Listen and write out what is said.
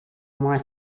more